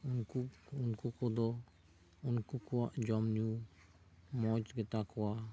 ᱩᱱᱠᱩ ᱠᱚ ᱫᱚ ᱩᱱᱠᱩ ᱠᱚᱣᱟᱜ ᱡᱚᱢ ᱧᱩ ᱢᱚᱡᱽ ᱜᱮᱛᱟ ᱠᱚᱣᱟ